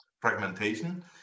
fragmentation